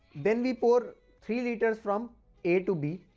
then, we pour three litres from a to b.